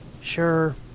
Sure